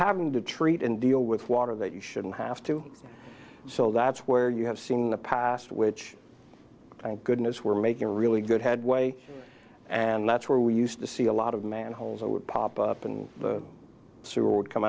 having to treat and deal with water that you shouldn't have to so that's where you have seen in the past which thank goodness we're making really good headway and that's where we used to see a lot of manholes that would pop up and the